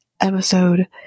episode